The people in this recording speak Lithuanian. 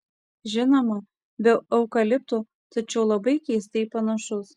žinoma be eukaliptų tačiau labai keistai panašus